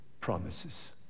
promises